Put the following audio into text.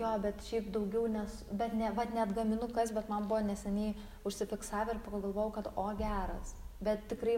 jo bet šiaip daugiau nes bet ne vat neatgaminu kas bet man buvo neseniai užsifiksavę ir pagalgalvojau kad o geras bet tikrai